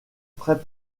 très